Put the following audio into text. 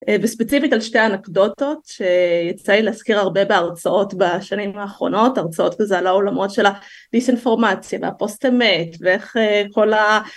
וספציפית על שתי האנקדוטות שיצא לי להזכיר הרבה בהרצאות בשנים האחרונות הרצאות כזה על האולמות של הליס אינפורמציה והפוסט אמת ואיך כל